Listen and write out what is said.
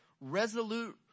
resolute